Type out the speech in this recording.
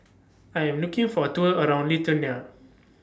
I Am looking For A Tour around Lithuania